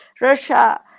Russia